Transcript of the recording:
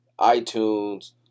iTunes